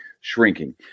shrinking